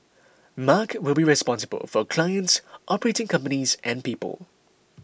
mark will be responsible for clients operating companies and people